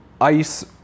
ice